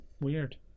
Weird